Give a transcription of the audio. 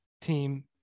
team